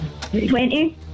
Twenty